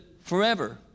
forever